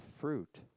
fruit